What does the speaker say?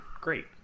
great